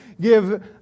give